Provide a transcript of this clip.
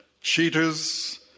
cheaters